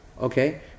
Okay